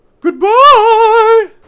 Goodbye